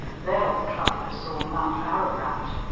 there the traveller saw mount ararat,